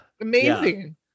amazing